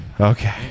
Okay